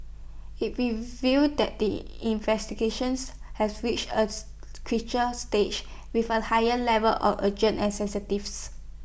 IT reveals that the investigations has reached A creature stage with A higher level of urgent and